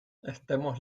estemos